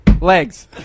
Legs